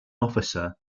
officer